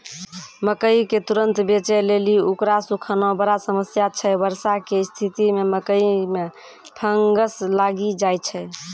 मकई के तुरन्त बेचे लेली उकरा सुखाना बड़ा समस्या छैय वर्षा के स्तिथि मे मकई मे फंगस लागि जाय छैय?